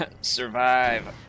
survive